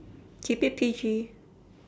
keep it P_G